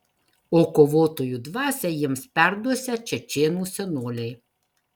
o kovotojų dvasią jiems perduosią čečėnų senoliai